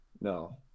no